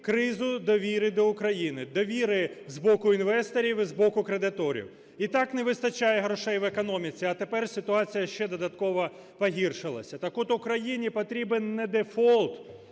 кризу довіри до України, довіри з боку інвесторів і з боку кредиторів. І так не вистачає грошей в економіці, а тепер ситуація ще додаткового погіршилася. Так от, Україні потрібен не дефолт,